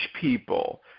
people